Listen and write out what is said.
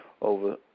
over